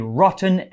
rotten